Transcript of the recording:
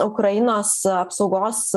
ukrainos apsaugos